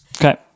Okay